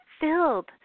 filled